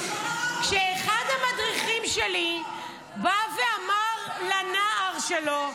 זה לשון הרע --- כשאחד המדריכים שלי בא ואמר לנער שלו,